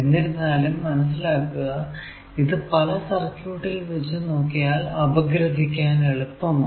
എന്നിരുന്നാലും മനസിലാക്കുക ഇത് പല സർക്യൂട്ടുകൾ വച്ച് നോക്കിയാൽ അപഗ്രഥിക്കാൻ എളുപ്പമാണ്